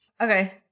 Okay